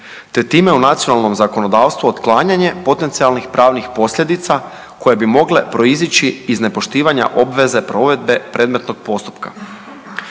te time u nacionalnom zakonodavstvu otklanjanje potencijalnih pravnih posljedica koje bi mogle proizići iz nepoštivanja obveze provedbe predmetnog postupka.